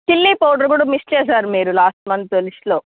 చిల్లి powder కూడా miss చేశారు మీరు లాస్ట్ మంత్ లిస్ట్లో